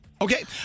Okay